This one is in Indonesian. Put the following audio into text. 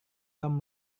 tom